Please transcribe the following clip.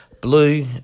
blue